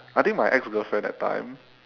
I think my ex girlfriend that time